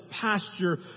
pasture